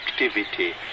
activity